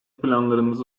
planlarınız